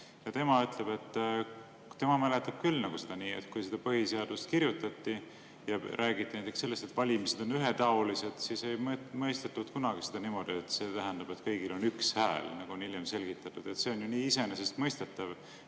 tema ütleb, et tema mäletab küll seda nii, et kui põhiseadust kirjutati ja räägiti näiteks sellest, et valimised on ühetaolised, siis ei mõistetud seda kunagi niimoodi, et see tähendab, et kõigil on üks hääl, nagu on hiljem selgitatud. See on ju nii iseenesestmõistetav,